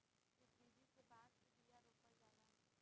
इ विधि से बांस के बिया रोपल जाला